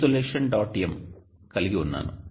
m" కలిగి ఉన్నాను